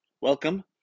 Welcome